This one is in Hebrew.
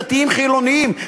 דתיים חילונים,